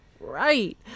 Right